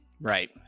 right